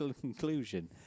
conclusion